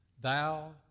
Thou